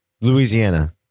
Louisiana